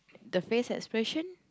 the face expression